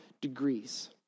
degrees